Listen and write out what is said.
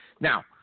Now